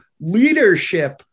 leadership